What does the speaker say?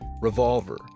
Revolver